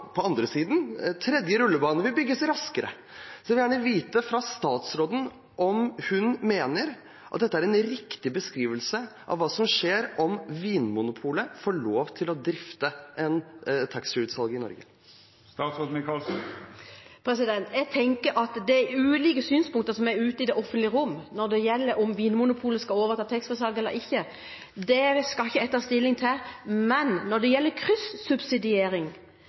den andre siden, tredje rullebane vil bygges raskere? Jeg vil gjerne vite, fra statsråden, om hun mener at dette er en riktig beskrivelse av hva som skjer om Vinmonopolet får lov til å drifte taxfree-utsalget i Norge. De ulike synspunktene som er ute i det offentlige rom når det gjelder om Vinmonopolet skal overta taxfree-salget eller ikke, skal ikke jeg ta stilling til. Men når det gjelder kryssubsidiering,